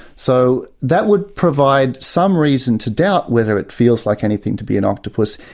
so that would provide some reason to doubt whether it feels like anything to be an octopus,